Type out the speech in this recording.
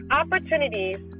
opportunities